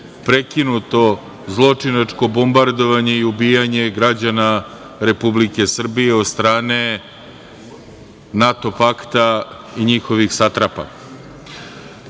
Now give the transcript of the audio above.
prekinuto zločinačko bombardovanje i ubijanje građana Republike Srbije od strane NATO pakta i njihovih satrapa. Mi